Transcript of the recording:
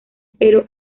pero